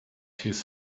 his